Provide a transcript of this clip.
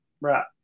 Right